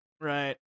Right